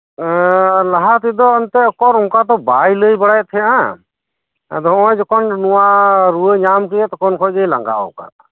ᱞᱟᱦᱟ ᱛᱮᱫᱚ ᱮᱱᱛᱮᱜ ᱩᱠᱩᱨ ᱱᱚᱝᱠᱟ ᱫᱚ ᱵᱟᱭ ᱞᱟᱹᱭ ᱵᱟᱲᱟᱭᱮᱜ ᱛᱟᱦᱮᱸᱜᱼᱟ ᱟᱫᱚ ᱱᱚᱜ ᱚᱭ ᱡᱚᱠᱷᱚᱱ ᱱᱚᱣᱟ ᱨᱩᱣᱟᱹ ᱧᱟᱢ ᱠᱮᱫᱮᱭᱟ ᱛᱚᱠᱷᱚᱱ ᱠᱷᱚᱡ ᱜᱮᱭ ᱞᱟᱸᱜᱟᱣ ᱠᱟᱱᱟ